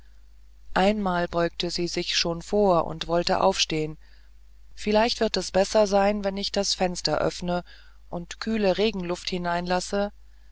einmal beugte sie sich schon vor und wollte aufstehen vielleicht wird es besser wenn ich das fenster öffne und die kühle regenluft